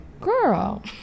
girl